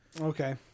Okay